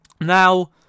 Now